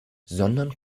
sondern